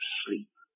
sleep